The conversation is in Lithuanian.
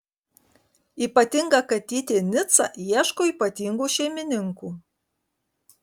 ypatinga katytė nica ieško ypatingų šeimininkų